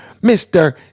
Mr